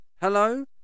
hello